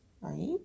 right